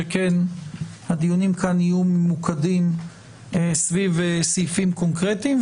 שהדיונים כאן יהיו ממוקדים סביב סעיפים קונקרטיים,